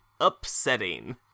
upsetting